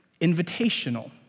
invitational